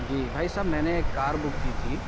جی بھائی صاحب میں نے ایک کار بک کی تھی